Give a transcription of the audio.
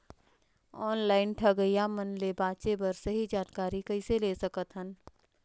Online ठगईया मन ले बांचें बर सही जानकारी कइसे ले सकत हन?